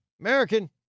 American